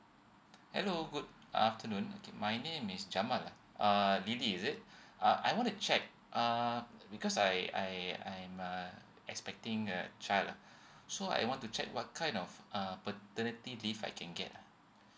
hello good afternoon my name is jamal ah uh lily is it uh I want to check uh because I I I'm uh expecting a child lah so I want to check what kind of uh paternity leave I can get ah